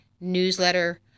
newsletter